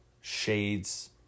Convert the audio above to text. shades